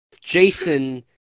Jason